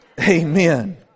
Amen